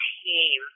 team